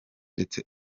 ndetse